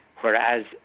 whereas